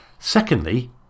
Secondly